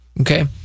Okay